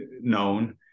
known